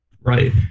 Right